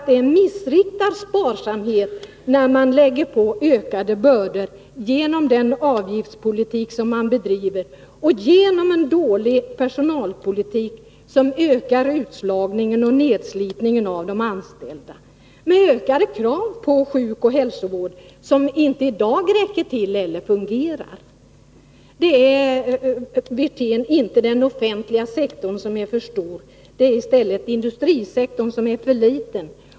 Det är missriktad sparsamhet när man lägger på ökade bördor genom den avgiftspolitik som man bedriver, när man för en dålig personalpolitik som ökar utslagningen och nedslitningen av de anställda och när man ställer ökade krav på sjukoch hälsovård, som i dag inte räcker till. Det är inte den offentliga sektorn som är för stor, det är industrisektorn som är för liten.